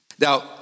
Now